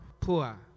poor